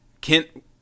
Kent